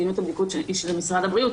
מדיניות הבדיקות היא של משרד הבריאות.